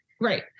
Right